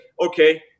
Okay